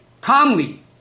calmly